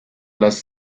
las